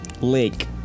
Lake